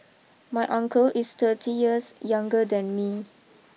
my uncle is thirty years younger than me